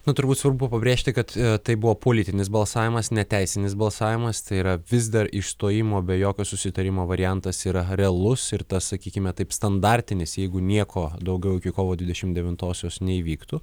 nu turbūt svarbu pabrėžti kad tai buvo politinis balsavimas neteisinis balsavimas tai yra vis dar išstojimo be jokio susitarimo variantas yra realus ir tas sakykime taip standartinis jeigu nieko daugiau iki kovo dvidešim devintosios neįvyktų